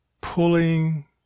pulling